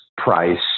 price